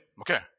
Okay